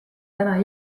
täna